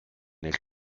nel